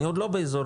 אני עוד לא באזורי,